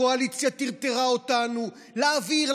הקואליציה טרטרה אותנו: להעביר,